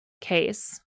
Case